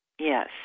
Yes